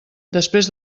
després